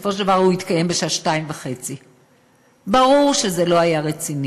ובסופו של דבר הוא התקיים בשעה 02:30. ברור שזה לא היה רציני.